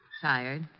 Tired